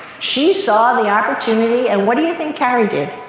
she saw the opportunity and what do you think carrie did?